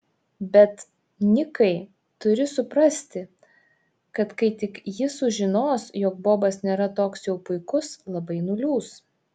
bet nikai turi suprasti kad kai tik ji sužinos jog bobas nėra toks jau puikus labai nuliūs